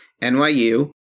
NYU